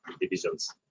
divisions